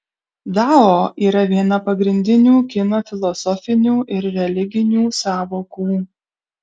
dao yra viena pagrindinių kinų filosofinių ir religinių sąvokų